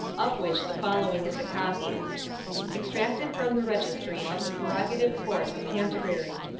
of which the following is a copy extracted from the registry of the prerogative court of canterbury.